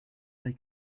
they